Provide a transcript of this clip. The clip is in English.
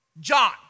John